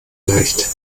leicht